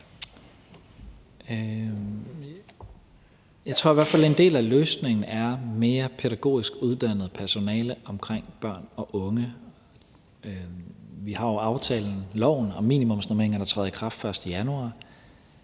Jeg tror i hvert fald, en del af løsningen er mere pædagogisk uddannet personale omkring børn og unge. Vi har jo aftalen og loven om minimumsnormeringer, der træder i kraft den 1. januar.